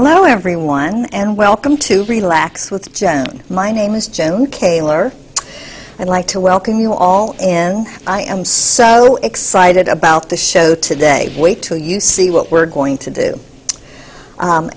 blow everyone and welcome to relax with joan my name is joan kaylor i'd like to welcome you all and i am so excited about the show today wait till you see what we're going to do